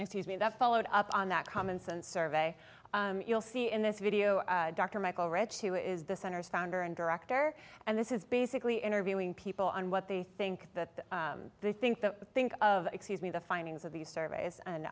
excuse me that followed up on that commonsense survey you'll see in this video dr michael wretch who is the center's founder and director and this is basically interviewing people on what they think that they think the think of excuse me the findings of these surveys and